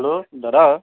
hello দাদা